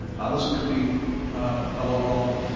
others it could be a lot longer.